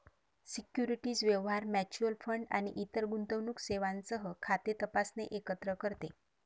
securities व्यवहार, mutual fund आणि इतर गुंतवणूक सेवांसह खाते तपासणे एकत्र करते